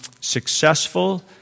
successful